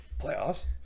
Playoffs